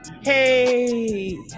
Hey